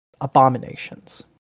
abominations